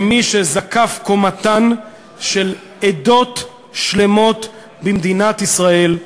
כמי שזקף קומתן של עדות שלמות במדינת ישראל,